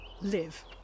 live